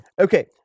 Okay